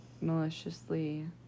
maliciously